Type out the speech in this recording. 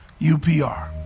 UPR